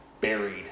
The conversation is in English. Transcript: buried